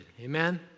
Amen